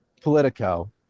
Politico